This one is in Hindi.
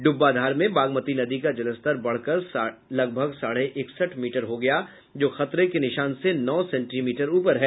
डुब्बा धार में बागमती नदी का जलस्तर बढ़कर लगभग साढ़े एकसठ मीटर हो गया जो खतरा के निशान से नौ सेंटीमीटर ऊपर है